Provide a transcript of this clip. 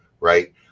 right